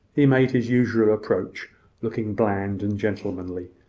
he made his usual approach looking bland and gentlemanly,